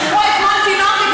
מכרו אתמול תינוקת,